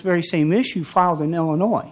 very same issue filed in illinois